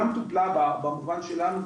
גם טופלה במובן שלנו,